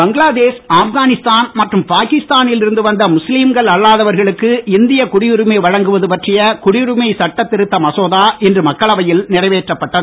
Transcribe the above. பங்களாதேஷ் ஆப்கானிஸ்தான் மற்றும் பாகிஸ்தானில் இருந்து வந்த முஸ்லீம்கள் அல்லாதவர்களுக்கு இந்திய குடியுரிமை வழங்குவது பற்றிய குடியுரிமை சட்டத்திருத்த மசோதா இன்று மக்களவையில் நிறைவேற்றப்பட்டது